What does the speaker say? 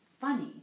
funny